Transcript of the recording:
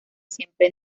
siempre